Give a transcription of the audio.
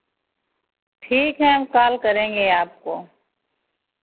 ठीक है हम कॉल करेंगे आपको